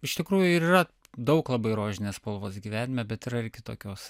iš tikrųjų ir yra daug labai rožinės spalvos gyvenime bet yra ir kitokios